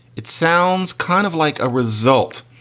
it sounds kind of like a result.